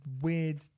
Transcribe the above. weird